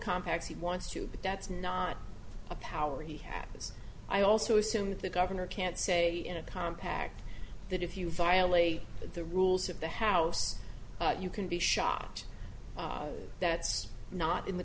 contacts he wants to but that's not a power he had as i also assume that the governor can't say in a compact that if you violate the rules of the house you can be shot that's not in the